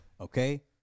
okay